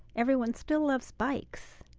everyone still loves bikes.